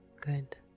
good